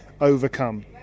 overcome